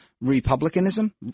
republicanism